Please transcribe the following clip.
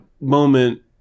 moment